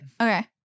Okay